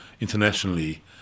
internationally